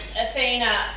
Athena